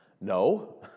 No